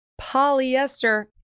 polyester